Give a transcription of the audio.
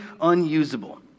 unusable